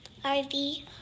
RV